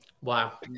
Wow